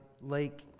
lake